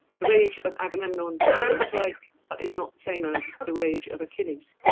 the rage of agamemnon looks like, but is not same as, the rage of achilles.